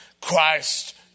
Christ